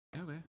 Okay